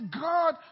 God